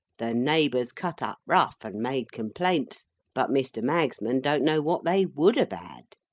the neighbours cut up rough, and made complaints but mr. magsman don't know what they would have had.